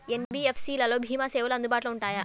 NBFC లలో భీమా సేవలు అందుబాటులో ఉంటాయా?